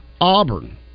Auburn